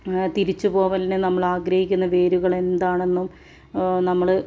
തിരിച്ചുപോവലിനു നമ്മൾ ആഗ്രഹിക്കുന്ന വേരുകൾ എന്താണെന്നും നമ്മൾ